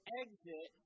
exit